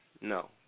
No